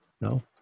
No